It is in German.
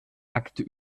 akte